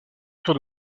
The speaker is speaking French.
tour